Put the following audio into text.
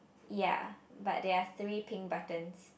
ya but there are three pink buttons